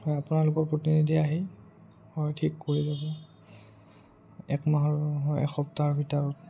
হয় আপোনালোকৰ প্ৰতিনিধি আহি হয় ঠিক কৰি যাব এক মাহৰ হয় এসপ্তাহৰ ভিতৰত